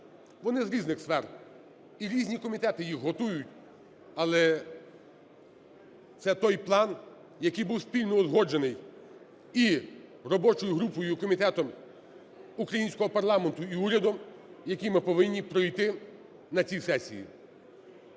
Вони з різних сфер і різні комітети їх готують, але це той план, який був спільно узгоджений і робочою групою, комітетом українського парламенту, і урядом, який ми повинні пройти на цій сесії.